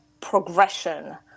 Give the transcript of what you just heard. progression